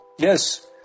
Yes